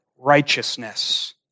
righteousness